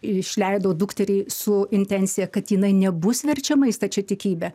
išleido dukterį su intencija kad jinai nebus verčiama į stačiatikybę